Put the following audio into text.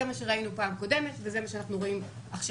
זה מה שראינו בפעם הקודמת וזה מה שאנחנו רואים עכשיו.